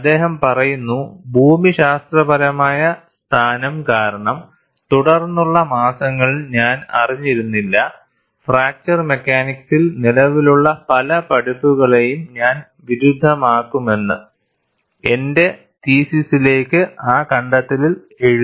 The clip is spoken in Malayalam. അദ്ദേഹം പറയുന്നു ഭൂമിശാസ്ത്രപരമായ സ്ഥാനം കാരണം തുടർന്നുള്ള മാസങ്ങളിൽ ഞാൻ അറിഞ്ഞിരുന്നില്ല ഫ്രാക്ചർ മെക്കാനിക്സിൽ നിലവിലുള്ള പല പഠിപ്പിക്കലുകളെയും ഞാൻ വിരുദ്ധമാക്കുമെന്ന് എന്റെ തീസിസിലേക്ക് ആ കണ്ടെത്തലിൽ എഴുതി